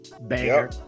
Banger